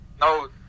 No